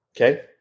okay